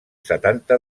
setanta